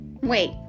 Wait